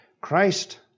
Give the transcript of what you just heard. Christ